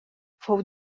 fou